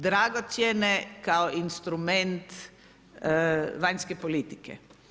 Dragocjene kao instrument vanjske politike.